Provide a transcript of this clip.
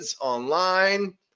online